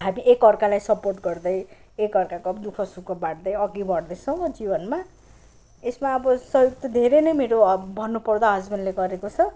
हामी एक अर्कालाई सपोर्ट गर्दै एक अर्काको दुःख सुखलाई बाड्दै अघि बढ्दैछौँ जीवनमा यसमा अब सहयोग त धेरै नै मेरो भन्नुपर्दा हस्बेन्डले गरेको छ